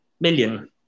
million